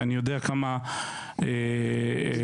יש